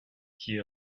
qui